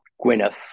Gwyneth